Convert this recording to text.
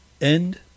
End